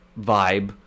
vibe